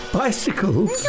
bicycles